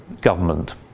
government